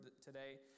today